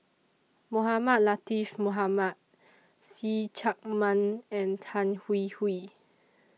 Mohamed Latiff Mohamed See Chak Mun and Tan Hwee Hwee